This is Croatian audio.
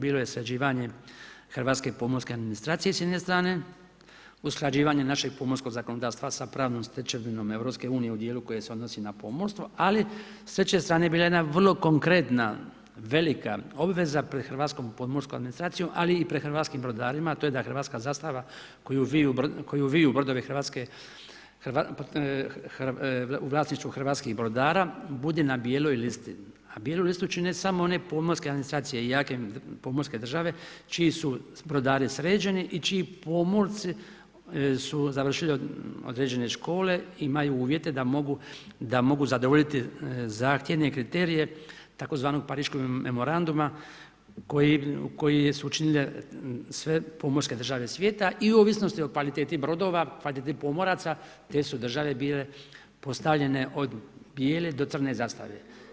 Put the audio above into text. Bilo je sređivanje hrvatske pomorske administracije s jedne strane, usklađivanje našeg pomorskog zakonodavstva sa pravnom stečevinom EU, u dijelu koja se odnosi na pomorstvo, ali s treće strane, bila je jedna vrlo konkretna velika obveza pri hrvatskom podmorskom administracijom, ali i pred hrvatskim brodarima, a to je da hrvatska zastava, koju vi u brodove Hrvatske, u vlasništvu hrvatskih brodara, godinama bilo ili, a bilo isključeno ne samo one pomorske administracije i jake pomorske države, čiji su brodari sređeni i čiji pomorci su završili od određene škole i imaju uvjete da mogu zadovoljiti zahtjevne kriterije, tzv. pariškoga memoranduma, koji su učinile sve pomorske države svijeta i o ovisnosti o kvaliteti brodova, kvaliteti pomoraca, te su države bile postavljene od bijele do crne zastave.